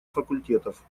факультетов